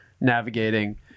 navigating